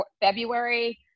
February